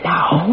Now